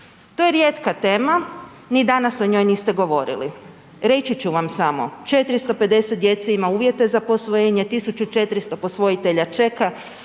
To je rijetka tema, ni danas o njoj niste govorili. Reći ću vam samo. 450 djece ima uvjete za posvojenje, 1400 posvojitelja čeka,